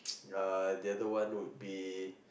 uh ya the other one would be